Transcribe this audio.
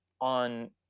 on